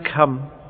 come